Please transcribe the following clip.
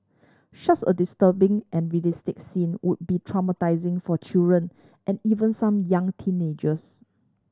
such a disturbing and realistic scene would be traumatising for children and even some young teenagers